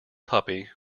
puppy